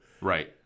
Right